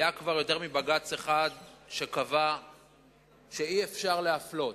היה כבר יותר מפסק-דין אחד של בג"ץ שקבע שאי-אפשר להפלות